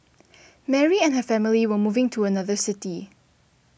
Mary and her family were moving to another city